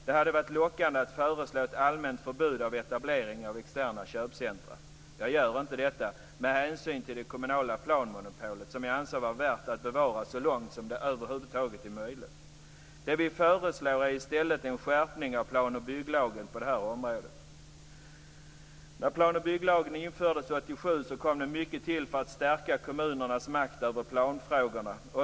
Det hade varit lockande att föreslå ett allmänt förbud mot etableringar av externa köpcentrum. Jag gör inte detta med hänsyn till det kommunala planmonopolet, som jag anser vara värt att bevara så långt det över huvud taget är möjligt. Det vi föreslår är i stället en skärpning av plan och bygglagen på det här området. När plan och bygglagen infördes 1987 var det mycket för att stärka kommunernas makt över planfrågorna.